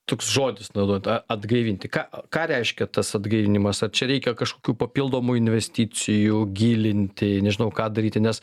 toks žodis naudot a atgaivinti ką ką reiškia tas atgaivinimas ar čia reikia kažkokių papildomų investicijų gilinti nežinau ką daryti nes